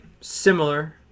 similar